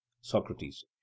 Socrates